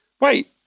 wait